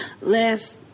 last